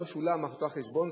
לא שולם אותו החשבון,